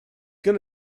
going